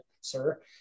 sir